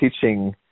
teaching